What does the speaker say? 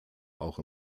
auch